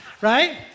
Right